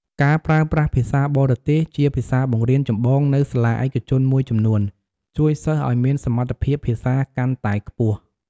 ការប្រើប្រាស់ភាសាបរទេស ជាភាសាបង្រៀនចម្បងនៅសាលាឯកជនមួយចំនួន ជួយសិស្សឱ្យមានសមត្ថភាពភាសាកាន់តែខ្ពស់។